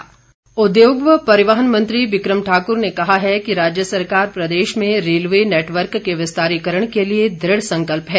संकल्प रामलाल उद्योग व परिवहन मंत्री बिक्रम ठाकुर ने कहा है कि राज्य सरकार प्रदेश में रेलवे नेटवर्क के विस्तारीकरण के लिए दृढ़ संकल्प है